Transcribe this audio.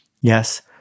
Yes